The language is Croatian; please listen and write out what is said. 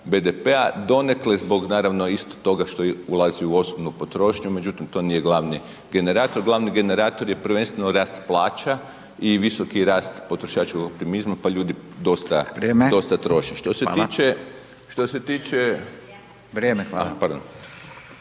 BDP-a, donekle zbog naravno isto toga što ulazi u osobnu potrošnju, međutim to nije glavni generator. Glavni generator je prvenstveno rast plaća i visoki rast potrošačkog optimizma, pa ljudi dosta, dosta troše.